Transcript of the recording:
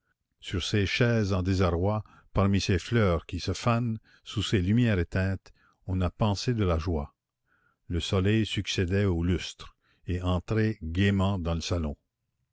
sur ces chaises en désarroi parmi ces fleurs qui se fanent sous ces lumières éteintes on a pensé de la joie le soleil succédait au lustre et entrait gaîment dans le salon